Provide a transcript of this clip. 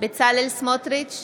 בצלאל סמוטריץ'